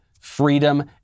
freedom